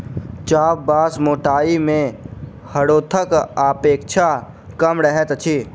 चाभ बाँस मोटाइ मे हरोथक अपेक्षा कम रहैत अछि